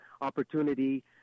opportunity